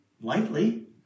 lightly